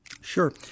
Sure